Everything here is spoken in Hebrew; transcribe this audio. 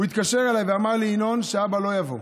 הוא התקשר אליי ואמר לי: ינון, שאבא לא יבוא.